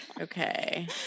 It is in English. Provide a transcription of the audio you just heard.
Okay